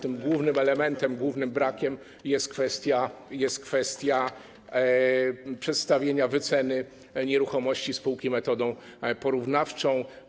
Tym głównym elementem, głównym brakiem jest kwestia przedstawienia wyceny nieruchomości spółki metodą porównawczą.